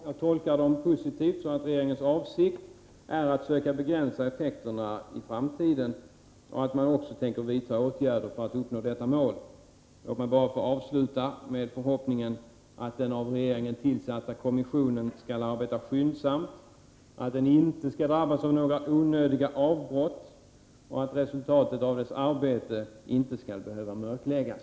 Jag tolkar dem positivt, så att regeringens avsikt är att söka begränsa effekterna i framtiden och att man också tänker vidta åtgärder för att uppnå detta mål. Låt mig få avsluta med förhoppningen att den av regeringen tillsatta kommissionen skall arbeta skyndsamt, att den inte skall drabbas av några onödiga avbrott och att resultatet av dess arbete inte skall behöva mörkläggas.